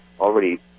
already